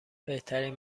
بهترین